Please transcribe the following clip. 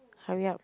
hurry up